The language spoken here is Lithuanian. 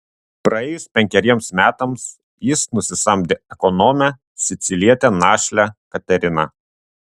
praėjus penkeriems metams jis nusisamdė ekonomę sicilietę našlę kateriną